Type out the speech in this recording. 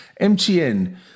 MTN